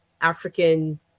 African